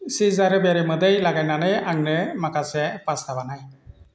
चिज आरो बेरे मोदै लागायनानै आंनो माखासे पास्टा बानाय